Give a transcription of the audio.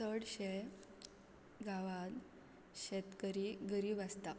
चडशें गावांत शेतकरी गरीब आसता